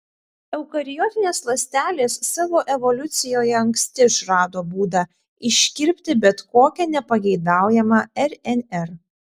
eukariotinės ląstelės savo evoliucijoje anksti išrado būdą iškirpti bet kokią nepageidaujamą rnr